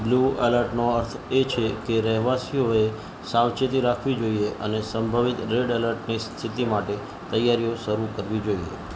blue અલર્ટનો અર્થ એ છે કે રહેવાસીઓએ સાવચેતી રાખવી જોઈએ અને સંભવિત રેડ એલર્ટની સ્થિતિ માટે તૈયારીઓ શરૂ કરવી જોઈએ